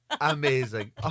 amazing